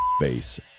Face